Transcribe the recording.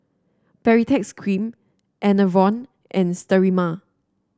Baritex Cream Enervon and Sterimar